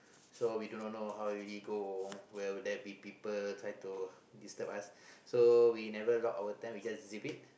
so we do not know how really go well there'll be people try to disturb us so we never lock our tent we just zip it